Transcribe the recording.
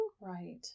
Right